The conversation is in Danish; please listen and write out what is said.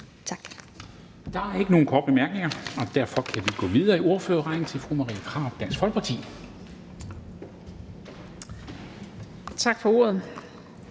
Der er ikke nogen korte bemærkninger, og derfor kan vi gå videre i ordførerrækken til fru Marie Krarup, Dansk Folkeparti. Kl.